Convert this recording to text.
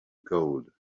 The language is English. gold